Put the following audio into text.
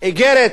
איגרת